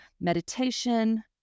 meditation